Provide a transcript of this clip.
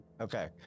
Okay